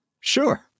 sure